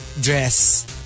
dress